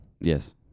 Yes